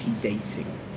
dating